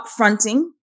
upfronting